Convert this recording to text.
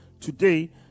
today